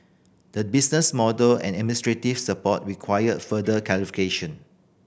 the business model and administrative support require further clarifications